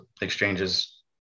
exchanges